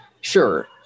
sure